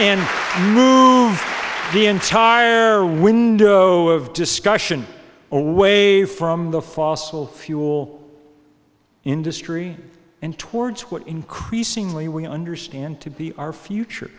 and the entire window of discussion or wave from the fossil fuel industry and towards what increasingly we understand to be our future